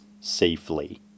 safely